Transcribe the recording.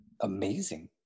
amazing